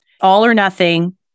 all-or-nothing